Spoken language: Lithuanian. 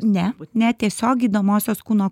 ne ne tiesiog gydomosios kūno